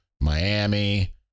Miami